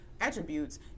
attributes